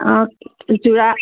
অঁ যোৰা